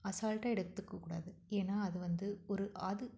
அசால்ட்டாக எடுத்துக்கக்கூடாது ஏன்னால் அது வந்து ஒரு அது